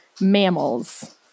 mammals